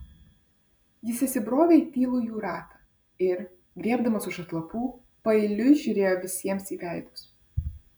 jis įsibrovė į tylų jų ratą ir griebdamas už atlapų paeiliui žiūrėjo visiems į veidus